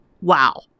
wow